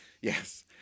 Yes